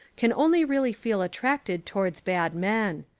can only really feel attracted towards bad men.